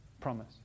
promise